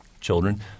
children